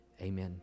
Amen